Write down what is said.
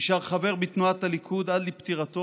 הוא נשאר חבר בתנועת הליכוד עד לפטירתו